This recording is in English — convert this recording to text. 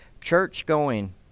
church-going